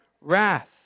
wrath